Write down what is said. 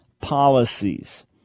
policies